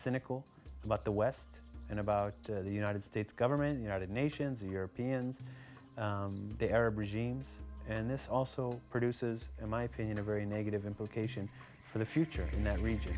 cynical about the west and about the united states government united nations europeans the arab regimes and this also produces in my opinion a very negative implication for the future in the region